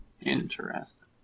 Interesting